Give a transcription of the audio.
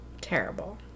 terrible